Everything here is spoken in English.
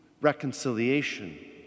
reconciliation